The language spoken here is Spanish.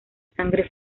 sangre